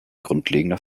grundlegender